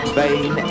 vain